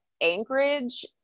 Anchorage